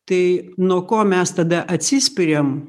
tai nuo ko mes tada atsispiriam